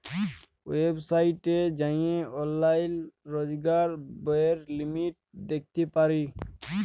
ওয়েবসাইটে যাঁয়ে অললাইল রজকার ব্যয়ের লিমিট দ্যাখতে পারি